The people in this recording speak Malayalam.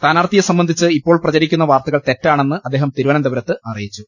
സ്ഥാനാർത്ഥിയെ സംബന്ധിച്ച് ഇപ്പോൾ പ്രചരിക്കുന്ന വാർത്തകൾ തെറ്റാണെന്ന് അദ്ദേഹം തിരുവനന്തപുരത്ത് അറി യിച്ചു